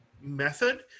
method